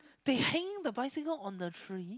they hanging the bicycle on the tree